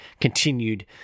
continued